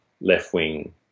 left-wing